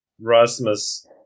Rasmus